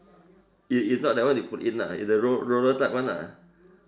it's it's not that one you put in lah it's the roll roller type one lah